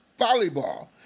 volleyball